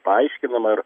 paaiškinama ir